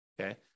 Okay